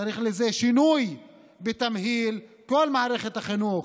צריך לזה שינוי בתמהיל כל מערכת החינוך.